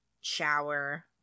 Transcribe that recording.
shower